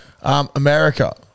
America